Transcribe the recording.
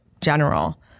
general